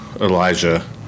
Elijah